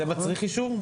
זה מצריך אישור?